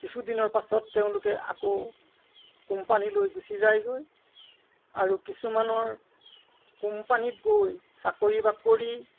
কিছুদিনৰ পাছত তেওঁলোকে আকৌ কোম্পানীলৈ গুচি যায়গৈ আৰু কিছুমানৰ কোম্পানীত গৈ চাকৰি বাকৰি